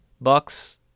bucks